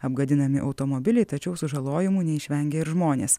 apgadinami automobiliai tačiau sužalojimų neišvengia ir žmonės